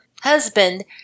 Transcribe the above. husband